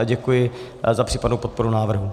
Děkuji za případnou podporu návrhu.